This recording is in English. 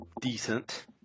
decent